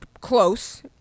close